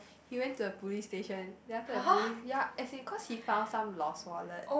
he went to a police station then after the police ya as because he found some lost wallet